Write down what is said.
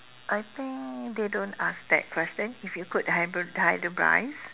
I think they don't ask that question if you could hybrid~ hybridise